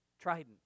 Trident